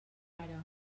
ara